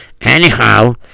Anyhow